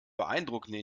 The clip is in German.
beeindruckende